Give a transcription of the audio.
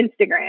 Instagram